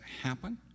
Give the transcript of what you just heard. happen